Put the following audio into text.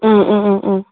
ꯎꯝ ꯎꯝ ꯎꯝ ꯎꯝ